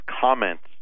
comments